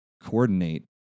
coordinate